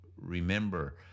Remember